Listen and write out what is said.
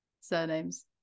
surnames